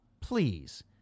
please